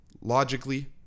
Logically